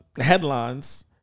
headlines